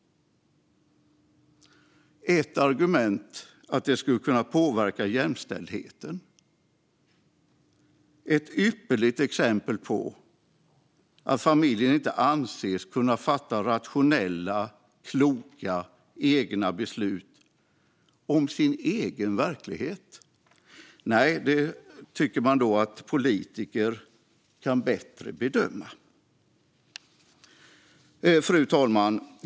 Ett argument är att det skulle kunna påverka jämställdheten. Det är ett ypperligt exempel på att familjen inte anses kunna fatta rationella och kloka beslut om sin egen verklighet. Nej, detta tycker man då att politiker kan bedöma bättre. Fru talman!